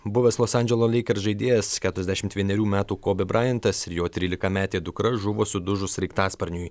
buvęs los andželo lakers žaidėjas keturiasdešimt vienerių metų kobė brajantas ir jo trylikametė dukra žuvo sudužus sraigtasparniui